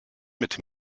mit